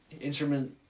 instrument